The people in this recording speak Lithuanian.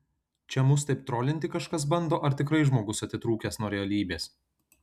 čia mus taip trolinti kažkas bando ar tikrai žmogus atitrūkęs nuo realybės